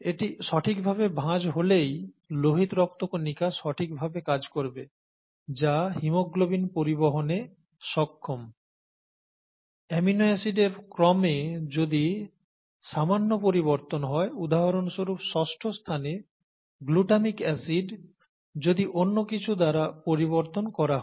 এটি সঠিকভাবে ভাঁজ হলেই লোহিত রক্ত কনিকা সঠিকভাবে কাজ করবে যা হিমোগ্লোবিন পরিবহনে সক্ষম অ্যামিনো অ্যাসিডের ক্রমে যদি সামান্য পরিবর্তন হয় উদাহরণস্বরূপ ষষ্ঠ স্থানে গ্লুটামিক অ্যাসিড গ্লু যদি অন্যকিছু দ্বারা পরিবর্তন করা হয়